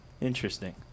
interesting